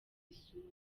isura